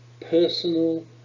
personal